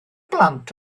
blant